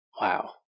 Wow